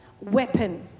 weapon